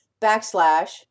backslash